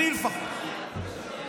אני לפחות.